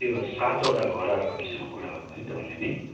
त्यो सातवटा घोडाहरूको विषयमा कुरा गर्नुभयो नि तपाईँले नि